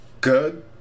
good